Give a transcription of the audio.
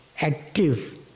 active